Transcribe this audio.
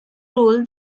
role